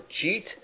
cheat